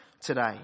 today